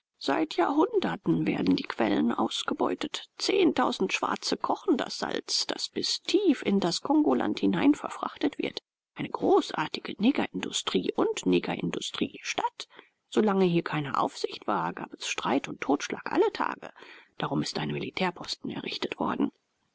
seit jahrhunderten werden die quellen ausgebeutet zehntausend schwarze kochen das salz das bis tief in das kongoland hinein verfrachtet wird eine großartige negerindustrie und negerindustriestadt solange hier keine aufsicht war gab es streit und totschlag alle tage darum ist ein militärposten errichtet worden